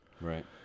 Right